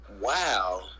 wow